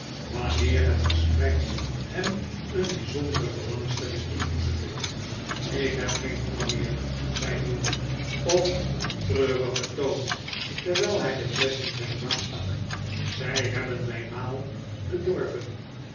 wanneer het gesprek hem een bijzondere belangstelling inboezemde ik heb geen honger meer zei newman op een treurigen toon terwijl hij de flesch in zijn zak stak zij hebben mijn maal bedorven